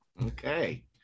Okay